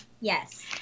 Yes